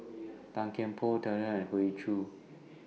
Tan Kian Por and Hoey Choo